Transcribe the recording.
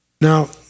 Now